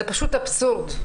זה פשוט אבסורד.